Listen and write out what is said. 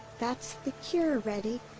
that's the cure ready.